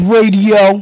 Radio